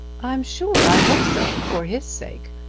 i'm sure i hope so for his sake.